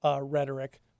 rhetoric